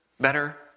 better